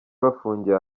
bafungiye